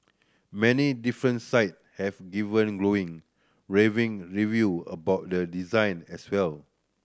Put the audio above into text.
many different site have given glowing raving review about the design as well